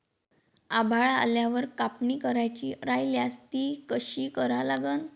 आभाळ आल्यावर कापनी करायची राह्यल्यास ती कशी करा लागन?